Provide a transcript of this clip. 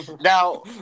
Now